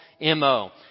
MO